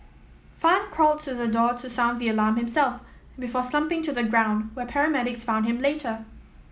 Fan crawled to the door to sound the alarm himself before slumping to the ground where paramedics found him later